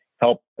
help